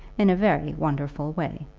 in a very wonderful way.